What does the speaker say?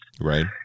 right